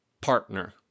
partner